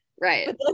right